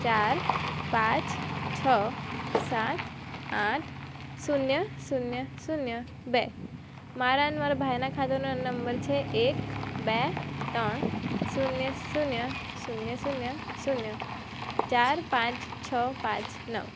ચાર પાંચ છ સાત આઠ શૂન્ય શૂન્ય શૂન્ય બે મારા ન મારા ભાઈના ખાતાનો નંબર છે એક બે ત્રણ શૂન્ય શૂન્ય શૂન્ય શૂન્ય શૂન્ય ચાર પાંચ છ પાંચ નવ